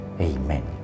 Amen